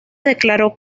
declaró